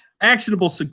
actionable